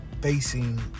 facing